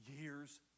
years